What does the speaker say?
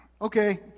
okay